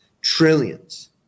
Trillions